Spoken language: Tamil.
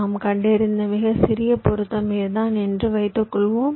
நாம் கண்டறிந்த மிகச்சிறிய பொருத்தம் இதுதான் என்று வைத்துக்கொள்வோம்